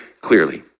clearly